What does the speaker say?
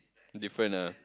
different ah